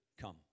come